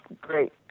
great